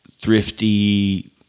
thrifty